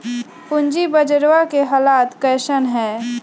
पूंजी बजरवा के हालत कैसन है?